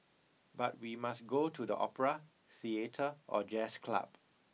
but we must go to the opera theatre or jazz club